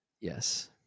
Yes